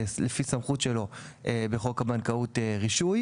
לפי הסמכות שלו בחוק הבנקאות (רישוי)